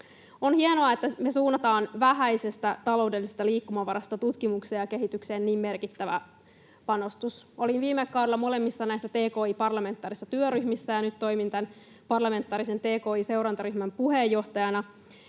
On hienoa, että me suunnataan vähäisestä taloudellisesta liikkumavarasta tutkimukseen ja kehitykseen niin merkittävä panostus. Olin viime kaudella molemmissa näissä parlamentaarisissa tki-työryhmissä ja nyt toimin parlamentaarisen tki-seurantaryhmän puheenjohtajana.